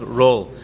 role